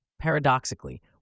Paradoxically